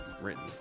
written